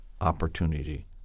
opportunity